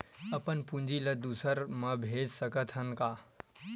अपन पूंजी ला दुसर के मा भेज सकत हन का?